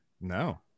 No